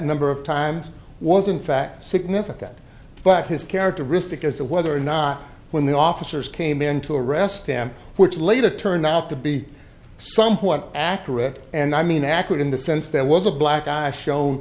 number of times was in fact significant but his characteristic as to whether or not when the officers came in to arrest him which later turned out to be somewhat accurate and i mean accurate in the sense there was a black eye shown